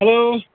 hello